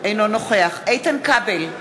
אינו נוכח איתן כבל,